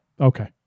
Okay